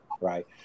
right